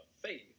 faith